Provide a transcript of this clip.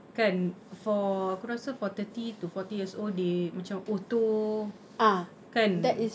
kan for aku rasa for thirty to forty years old they macam auto kan